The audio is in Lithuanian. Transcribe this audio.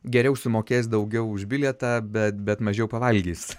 geriau sumokės daugiau už bilietą bet bet mažiau pavalgys